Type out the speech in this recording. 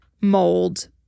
mold